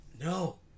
No